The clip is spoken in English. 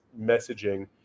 messaging